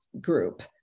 group